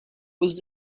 was